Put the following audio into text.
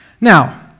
Now